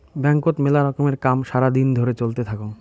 ব্যাংকত মেলা রকমের কাম সারা দিন ধরে চলতে থাকঙ